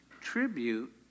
tribute